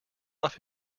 off